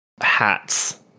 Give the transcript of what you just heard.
hats